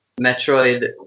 Metroid